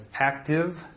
active